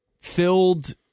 filled